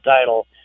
title